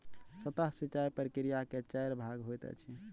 सतह सिचाई प्रकिया के चाइर भाग होइत अछि